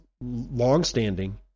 longstanding